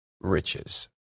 riches